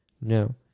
No